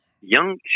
young